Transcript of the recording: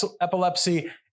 epilepsy